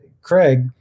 Craig